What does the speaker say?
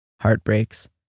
heartbreaks